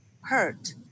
hurt